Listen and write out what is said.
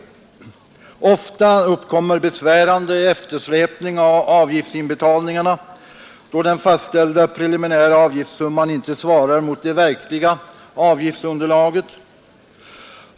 Ofta uppkommer besvärande eftersläpning av avgiftsinbetalningarna, då den fastställda preliminära avgiftssumman inte svarar mot det verkliga avgiftsunderlaget.